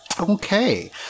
Okay